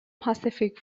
pacific